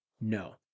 No